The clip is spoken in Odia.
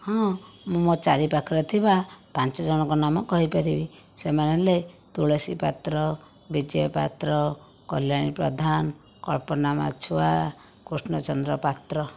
ହଁ ମୁଁ ମୋ' ଚାରି ପାଖରେ ଥିବା ପାଞ୍ଚ ଜଣଙ୍କ ନାମ କହିପାରିବି ସେମାନେ ହେଲେ ତୁଳସୀ ପାତ୍ର ବିଜୟ ପାତ୍ର କଲ୍ୟାଣୀ ପ୍ରଧାନ କଳ୍ପନା ମାଛୁଆ କୃଷ୍ଣଚନ୍ଦ୍ର ପାତ୍ର